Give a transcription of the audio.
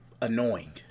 annoying